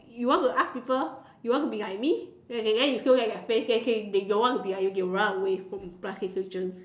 you want to ask people you want to be like me then you say then you show them your face then they say they don't want to be like you they run away from plastic surgery